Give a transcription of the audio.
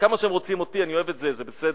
כמה שהם רוצים אותי, אני אוהב את זה, זה בסדר.